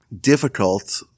difficult